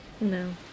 No